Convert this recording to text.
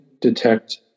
detect